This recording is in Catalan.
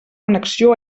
connexió